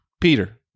Peter